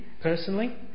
personally